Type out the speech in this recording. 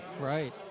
right